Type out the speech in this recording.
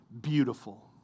beautiful